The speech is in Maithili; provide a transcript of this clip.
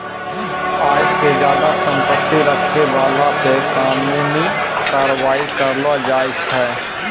आय से ज्यादा संपत्ति रखै बाला पे कानूनी कारबाइ करलो जाय छै